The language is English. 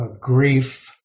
grief